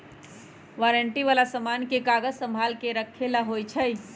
warranty वाला समान के कागज संभाल के रखे ला होई छई